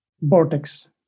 vortex